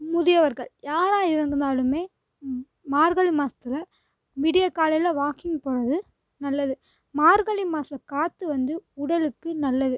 முதியவர்கள் யாராகயிருந்தாலுமே மார்கழி மாசத்தில் விடிய காலையில் வாக்கிங் போகிறது நல்லது மார்கழி மாச காற்று வந்து உடலுக்கு நல்லது